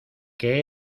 que